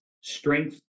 strength